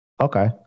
Okay